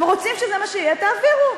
אתם רוצים שזה מה שיהיה, תעבירו.